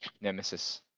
Nemesis